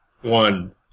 One